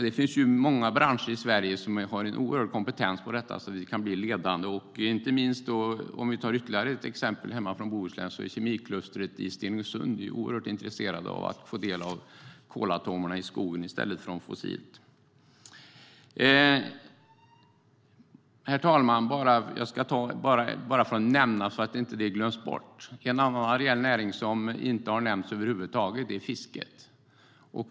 Det finns många branscher i Sverige som har en oerhörd kompetens på detta område, så vi kan bli ledande. Inte minst, med ytterligare ett exempel från Bohuslän, är kemiklustret i Stenungsund oerhört intresserat av att få del av kolatomerna i skogen i stället för från det fossila. Herr talman! Jag vill nämna en annan areell näring så att den inte glöms bort, nämligen fisket.